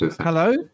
Hello